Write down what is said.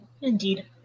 Indeed